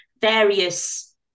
various